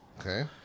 Okay